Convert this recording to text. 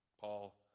Paul